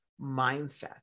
mindset